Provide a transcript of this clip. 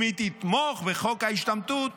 אם היא תתמוך בחוק ההשתמטות,